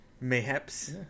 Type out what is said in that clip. mayhaps